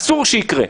אסור שיקרה.